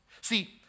See